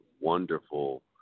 wonderful